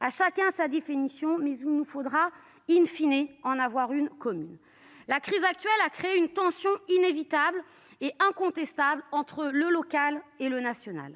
à chacun sa définition, certes, mais il nous faudra en avoir une définition commune. La crise actuelle a créé une tension inévitable et incontestable entre le local et le national.